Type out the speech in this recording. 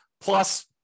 plus